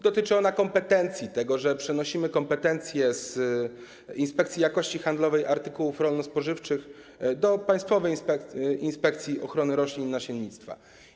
Dotyczy ona kompetencji, tego, że przenosimy kompetencje z Inspekcji Jakości Handlowej Artykułów Rolno-Spożywczych do Państwowej Inspekcji Ochrony Roślin i Nasiennictwa.